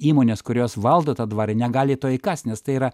įmonės kurios valdo tą dvarą negali to kas nes tai yra